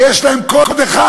יש להם קוד אחד.